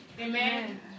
Amen